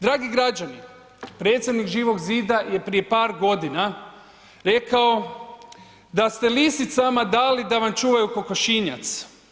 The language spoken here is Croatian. Dragi građani, predsjednik Živog zida je prije par godina rekao da ste lisicama dali da vam čuvaju kokošinjac.